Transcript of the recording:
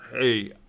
hey